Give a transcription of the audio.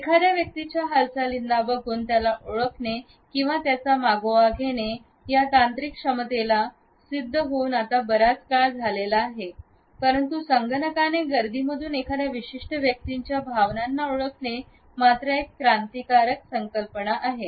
एखाद्या व्यक्तीच्या हालचालींना बघून त्याला ओळखणे किंवा त्याचा मागोवा घेणे या तांत्रिक क्षमतेला सिद्ध होऊन आता बराच काळ लोटला आहे परंतु संगणकाने गर्दीमधून एखाद्या विशिष्ट व्यक्तीच्या भावांना ओळखणे मात्र एक क्रांतिकारक संकल्पना आहे